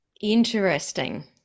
Interesting